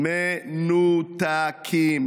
מ-נו-ת-קים.